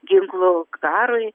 ginklų karui